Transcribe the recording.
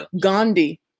Gandhi